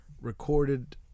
recorded